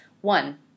One